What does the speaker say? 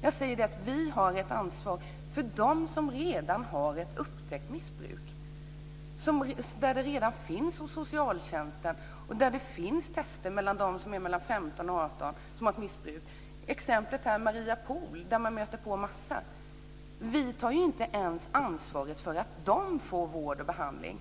Jag säger att vi har ett ansvar för dem som redan har ett upptäckt missbruk och finns hos socialtjänsten. Vi har ett ansvar för dem som är mellan 15 och 18 år och där tester har visat att de har ett missbruk. På Mariapol möter man en massa ungdomar. Vi tar inte ens ansvar för att de får vård och behandling.